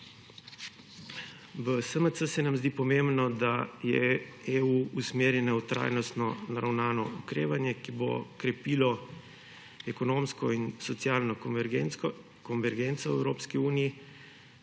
V SMC se nam zdi pomembno, da je EU usmerjena v trajnostno naravnano okrevanje, ki bo krepilo ekonomsko in socialno konvergenco v Evropski uniji,